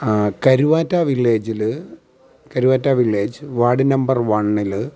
ആ കരുവാറ്റാ വില്ലേജിൽ Karuvatta village ward number വണ്ണിൽ